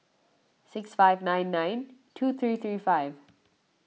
six five nine nine two three three five